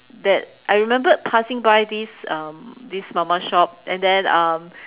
that I remembered passing by this um this Mama shop and then um